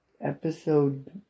episode